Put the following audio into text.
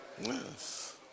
yes